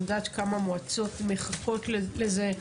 אני יודעת כמה המועצות מחכות לזה.